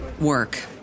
work